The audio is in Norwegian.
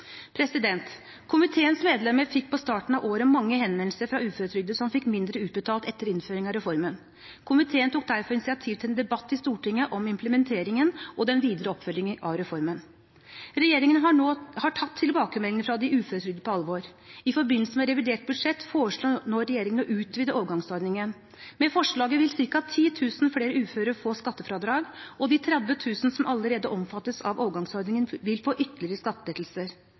Komiteens medlemmer fikk på starten av året mange henvendelser fra uføretrygdede som fikk mindre utbetalt etter innføringen av reformen. Komiteen tok derfor initiativ til en debatt i Stortinget om implementeringen og den videre oppfølgingen av reformen. Regjeringen har tatt tilbakemeldingene fra de uføretrygdede på alvor. I forbindelse med revidert budsjett foreslår regjeringen nå å utvide overgangsordningen. Med forslaget vil ca. 10 000 flere uføre få skattefradrag, og de 30 000 som allerede omfattes av overgangsordningen, vil få ytterligere skattelettelser.